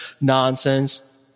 nonsense